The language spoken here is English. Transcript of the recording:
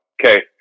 okay